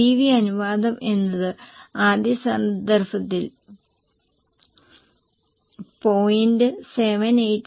PV അനുപാതം എന്നത് ആദ്യ സന്ദർഭത്തിൽ 0